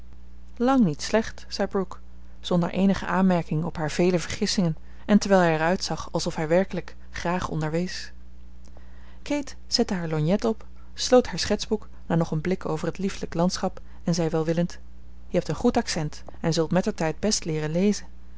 lang niet slecht zei brooke zonder eenige aanmerking op haar vele vergissingen en terwijl hij er uitzag alsof hij werkelijk graag onderwees kate zette haar lorgnet op sloot haar schetsboek na nog een blik over het lieflijk landschap en zei welwillend je hebt een goed accent en zult mettertijd best leeren lezen